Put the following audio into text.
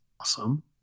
awesome